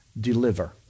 deliver